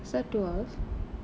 is that two hours